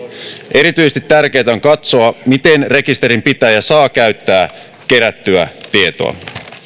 erityisesti tärkeätä on katsoa miten rekisterinpitäjä saa käyttää kerättyä tietoa